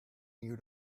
you